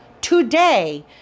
today